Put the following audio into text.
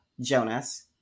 Jonas